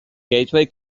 gateway